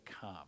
come